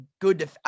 good